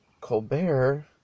Colbert